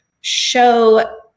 show